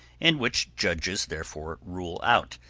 and which judges, therefore, rule out,